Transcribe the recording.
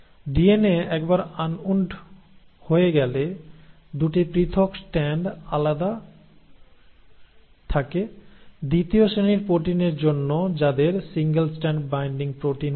DNA একবার unwound হয়ে গেলে 2 টি পৃথক স্ট্যান্ড আলাদা থাকে দ্বিতীয় শ্রেণীর প্রোটিনের জন্য যাদের সিঙ্গেল স্ট্র্যান্ড বাইন্ডিং প্রোটিন বলে